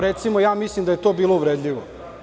Recimo, ja mislim da je to bilo uvredljivo.